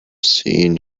seen